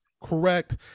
correct